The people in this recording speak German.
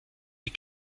die